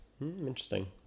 Interesting